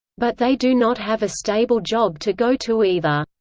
but they do not have a stable job to go to either.